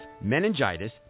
meningitis